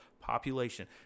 population